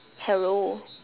hello